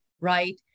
right